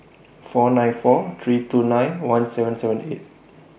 four nine four three two nine one seven seven eight